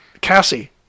Cassie